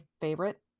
favorite